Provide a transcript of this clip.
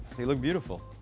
they look beautiful.